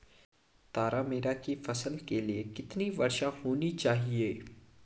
तारामीरा की फसल के लिए कितनी वर्षा होनी चाहिए?